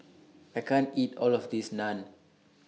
I can't eat All of This Naan